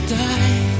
die